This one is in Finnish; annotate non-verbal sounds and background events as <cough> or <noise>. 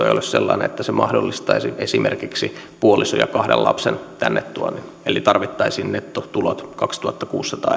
<unintelligible> ei ole sellainen että se mahdollistaisi esimerkiksi puolison ja kahden lapsen tänne tuonnin eli tarvittaisiin nettotulot kaksituhattakuusisataa <unintelligible>